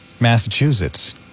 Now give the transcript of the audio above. Massachusetts